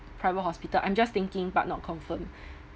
private hospital I'm just thinking but not confirm